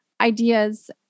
ideas